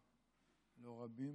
אומנם לא רבים